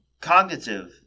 cognitive